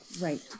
right